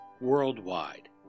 worldwide